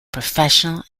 professional